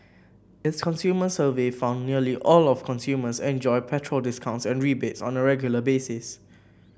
its consumer survey found nearly all consumers enjoy petrol discounts and rebates on a regular basis